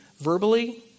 verbally